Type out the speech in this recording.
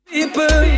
People